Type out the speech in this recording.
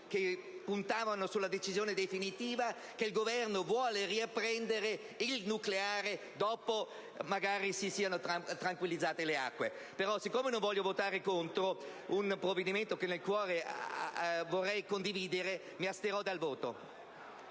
che puntavano sulla decisione definitiva, che il Governo vuole riprendere il nucleare dopo che si siano calmate le acque. Tuttavia, siccome non voglio votare contro un provvedimento che nel cuore vorrei condividere, mi asterrò dal voto.